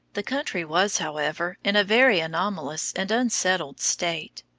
the country was, however, in a very anomalous and unsettled state.